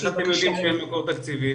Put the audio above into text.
אז איך אתם יודעים שאין מקור תקציבי?